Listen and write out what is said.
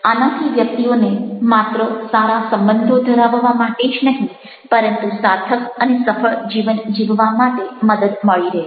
આનાથી વ્યક્તિઓને માત્ર સારા સંબંધો ધરાવવા માટે જ નહિ પરંતુ સાર્થક અને સફળ જીવન જીવવા માટે મદદ મળી રહેશે